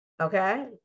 Okay